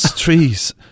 trees